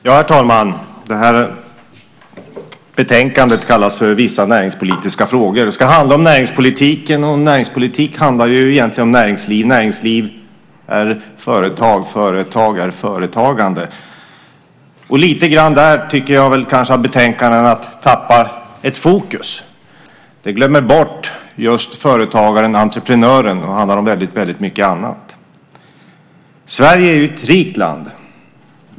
Herr talman! Det här betänkandet kallas för Vissa näringspolitiska frågor . Det ska handla om näringspolitiken. Näringspolitik handlar ju egentligen om näringsliv. Näringsliv är företag. Företag är företagande. Och någonstans där tycker jag kanske att betänkandet tappar fokus. Det glömmer bort just företagaren, entreprenören, och handlar om väldigt mycket annat. Sverige är ju ett rikt land.